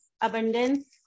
abundance